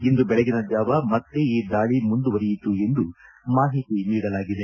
ಇಂದು ಬೆಳಗಿನ ಜಾವ ಮತ್ತೆ ಈ ದಾಳಿ ಮುಂದುವರೆಯಿತು ಎಂದು ಮಾಹಿತಿ ನೀಡಲಾಗಿದೆ